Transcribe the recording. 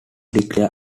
declare